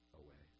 away